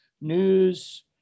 news